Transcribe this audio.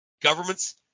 Governments